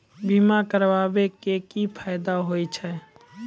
बीमा करबै के की फायदा होय छै?